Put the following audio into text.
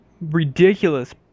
ridiculous